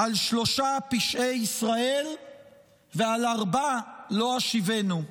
"על שלֹשה פשעי ישראל ועל ארבעה לא אשיבנו".